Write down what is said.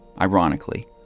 ironically